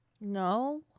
No